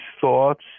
thoughts